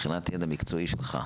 מבחינת ידע מקצוע יש לך?